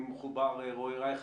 בינוי,